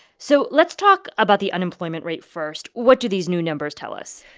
so let's talk about the unemployment rate first. what do these new numbers tell us?